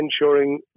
ensuring